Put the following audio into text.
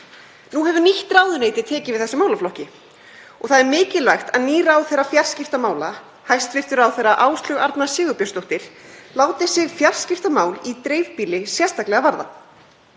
Nú hefur nýtt ráðuneyti tekið við þessum málaflokki og það er mikilvægt að nýr ráðherra fjarskiptamála, hæstv. ráðherra Áslaug Arna Sigurbjörnsdóttir, láti sig fjarskiptamál í dreifbýli sérstaklega varða.